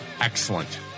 excellent